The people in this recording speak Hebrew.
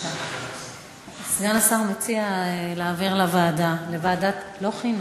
סגן השר מציע להעביר לוועדה, לא חינוך,